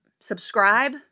subscribe